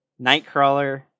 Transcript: Nightcrawler